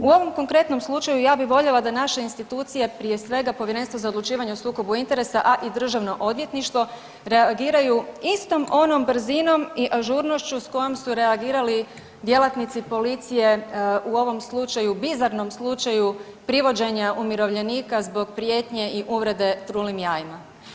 U ovom konkretnom slučaju ja bih voljela da naše institucije prije svega Povjerenstvo za odlučivanje o sukobu interesa, a i Državno odvjetništvo reagiraju istom onom brzinom i ažurnošću s kojom su reagirali djelatnici policije u ovom slučaju, bizarnom slučaju privođenja umirovljenika zbog prijetnje i uvrede trulim jajima.